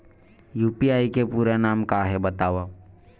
UPI के पूरा नाम का हे बतावव?